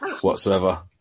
whatsoever